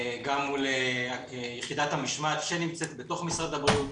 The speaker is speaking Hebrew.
גם מול יחידת המשמעת שנמצאת בתוך משרד הבריאות.